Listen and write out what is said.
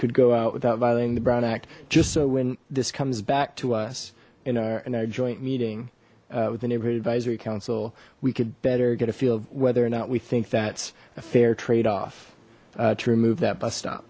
could go out without violating the brown act just so when this comes back to us in our joint meeting with the neighborhood advisory council we could better get a feel of whether or not we think that's a fair trade off to remove that bus stop